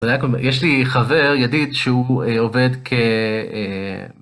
יש לי חבר, ידיד, שהוא עובד כ...